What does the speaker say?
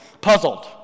puzzled